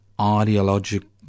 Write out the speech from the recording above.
ideological